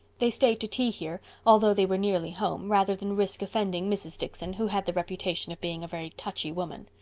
they stayed to tea here, although they were nearly home, rather than risk offending mrs. dickson, who had the reputation of being a very touchy woman.